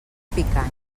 picanya